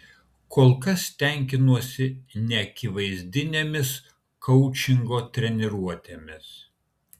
kol kas tenkinuosi neakivaizdinėmis koučingo treniruotėmis